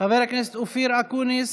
חבר הכנסת אופיר אקוניס,